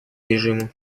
режиму